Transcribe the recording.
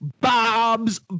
Bob's